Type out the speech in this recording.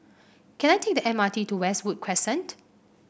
can I take the M R T to Westwood Crescent